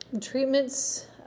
Treatments